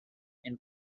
and